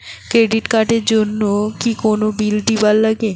Credit card এর জন্যে কি কোনো বিল দিবার লাগে?